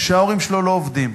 שההורים שלו לא עובדים,